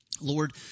Lord